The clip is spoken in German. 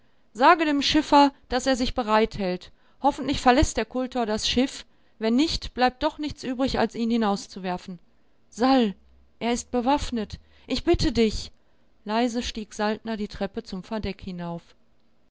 sage dem schiffer daß er sich bereithält hoffentlich verläßt der kultor das schiff wenn nicht bleibt doch nichts übrig als ihn hinauszuwerfen sal er ist bewaffnet ich bitte dich leise stieg saltner die treppe zum verdeck hinauf